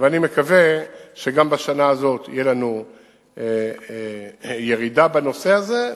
ואני מקווה שגם בשנה הזאת תהיה לנו ירידה בנושא הזה,